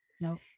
No